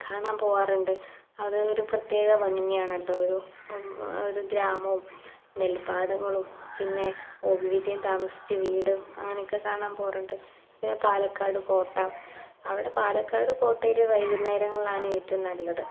കാണാൻ പോവാറുണ്ട് അത് ഒരു പ്രത്യേക ഭംഗിയാണ് കേട്ടോ ഒരു ഒരു ഗ്രാമോം നെൽപ്പാടങ്ങളും പിന്നെ ഒ വി വിജയൻ താമസിച്ച വീടും അങ്ങനെ ഒക്കെ കാണാൻ പോവാറുണ്ട് പിന്നെ പാലക്കാട് കോട്ട അവിടെ പാലക്കാട് കോട്ടയിൽ വൈകുന്നേരങ്ങളിലാണ് ഏറ്റവും നല്ലത്